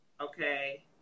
Okay